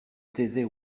taisait